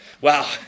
Wow